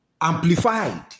amplified